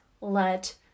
let